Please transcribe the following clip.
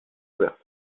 ouverte